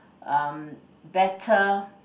um better